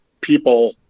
people